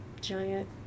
giant